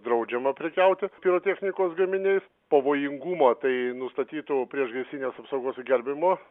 draudžiama prekiauti pirotechnikos gaminiais pavojingumą tai nustatytų priešgaisrinės apsaugos ir gelbėjimo